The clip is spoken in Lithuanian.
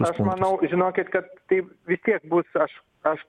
aš manau žinokit kad tai vis tiek būs aš aš